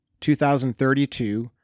2032